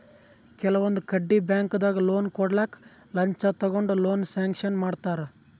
ಕೆಲವೊಂದ್ ಕಡಿ ಬ್ಯಾಂಕ್ದಾಗ್ ಲೋನ್ ಕೊಡ್ಲಕ್ಕ್ ಲಂಚ ತಗೊಂಡ್ ಲೋನ್ ಸ್ಯಾಂಕ್ಷನ್ ಮಾಡ್ತರ್